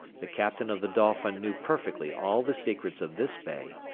the captain of the dolphin knew perfectly all the secrets of this bay,